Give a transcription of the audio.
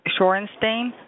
Shorenstein